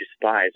despise